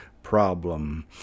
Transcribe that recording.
problem